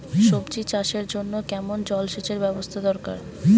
সবজি চাষের জন্য কেমন জলসেচের ব্যাবস্থা দরকার?